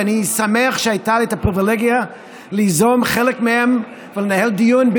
ואני שמח שהייתה לי הפריבילגיה ליזום חלק מהם ולנהל דיון,